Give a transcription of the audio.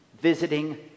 visiting